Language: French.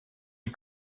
ils